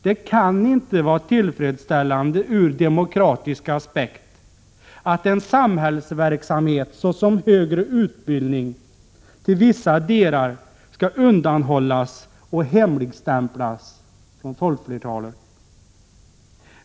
Det kan inte vara tillfredsställande ur demokratisk aspekt att en samhällsverksamhet som högre utbildning till vissa delar skall undanhållas och hemligstämplas för folkflertalet.